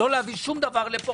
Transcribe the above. לא להביא שום דבר לכאן,